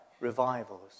revivals